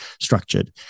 structured